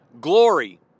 glory